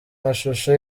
mashusho